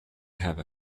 have